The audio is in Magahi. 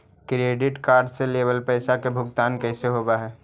क्रेडिट कार्ड से लेवल पैसा के भुगतान कैसे होव हइ?